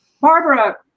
Barbara